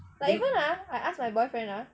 like even ah I ask my boyfriend ah